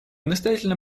настоятельно